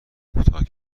کوتاه